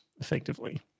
effectively